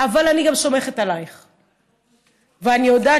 ואני רוצה להגיד לך מילה אחרונה לסיום,